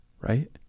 right